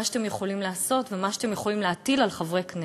שאתם יכולים לעשות ולמה שאתם יכולים להטיל על חברי כנסת.